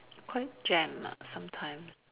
quite jam lah sometimes